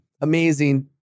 amazing